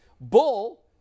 Bull